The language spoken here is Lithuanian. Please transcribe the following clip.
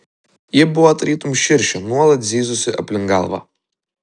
ji buvo tarytum širšė nuolat zyzusi aplink galvą